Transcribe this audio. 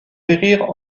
périrent